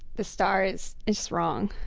the star is is wrong.